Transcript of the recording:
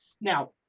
Now